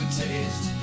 taste